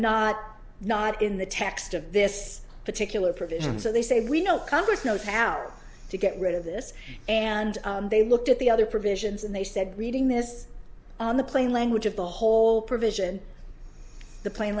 not not in the text of this particular provision so they say we know congress knows how to get rid of this and they looked at the other provisions and they said reading this on the plain language of the whole provision the pla